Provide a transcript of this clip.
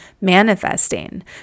manifesting